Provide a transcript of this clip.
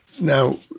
Now